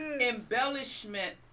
embellishment